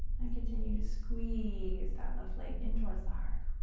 and continue to squeeze that left leg in towards the heart.